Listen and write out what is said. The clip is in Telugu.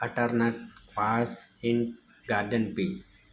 అటర్నట్ పాస్ ఇన్ గార్డెన్ పీ